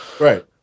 right